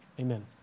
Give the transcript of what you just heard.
Amen